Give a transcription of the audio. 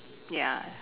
ya